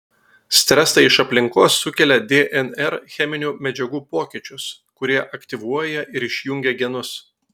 stresai iš aplinkos sukelia dnr cheminių medžiagų pokyčius kurie aktyvuoja ir išjungia genus